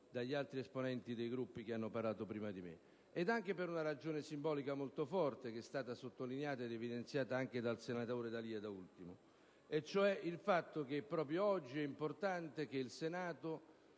dagli altri esponenti dei Gruppi che sono intervenuti prima di me, ma anche per una ragione simbolica molto forte, che è stata sottolineata ed evidenziata anche dal senatore D'Alia, ossia il fatto che proprio oggi è importante che il Senato